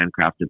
handcrafted